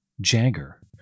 jagger